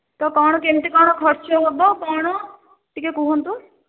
ତ କ'ଣ କେମିତି କ'ଣ ଖର୍ଚ୍ଚ ହବ କ'ଣ ଟିକେ କୁହନ୍ତୁ